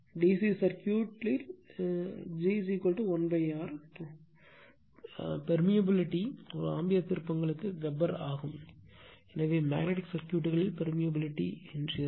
DC circuit g 1 R 1 R ஆக இருக்கும் permeability ஒரு ஆம்பியர் திருப்பங்களுக்கு வெபர் ஆகும் எனவே மேக்னட்டிக் சர்க்யூட்களின் பெரிமியபிலிட்டி ஆகும்